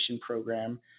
program